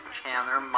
Chandler